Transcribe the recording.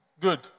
Good